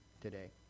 today